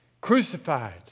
crucified